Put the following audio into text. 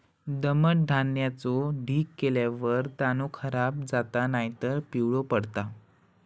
दमट धान्याचो ढीग केल्यार दाणो खराब जाता नायतर पिवळो पडता